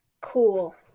cool